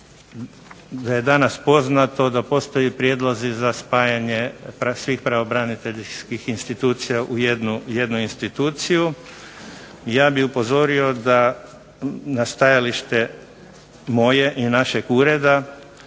da je danas poznato da postoje prijedlozi za spajanje svih pravobraniteljskih institucija u jednu instituciju. Ja bih upozorio da, na stajalište moje i našeg ureda,